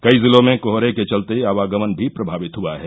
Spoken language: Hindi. कई जिलों में कोहरे के चलते आवागमन भी प्रभावित हुआ है